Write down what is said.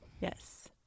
Yes